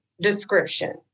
description